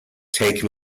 take